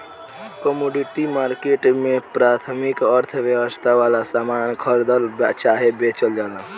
commodity market में प्राथमिक अर्थव्यवस्था वाला सामान खरीदल चाहे बेचल जाला